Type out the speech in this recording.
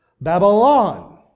Babylon